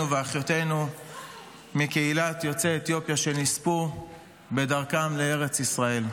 ואחיותינו מקהילת יוצאי אתיופיה שנספו בדרכם לארץ ישראל.